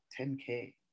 10k